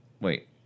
Wait